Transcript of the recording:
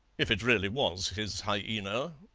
if it really was his hyaena,